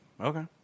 Okay